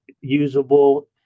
usable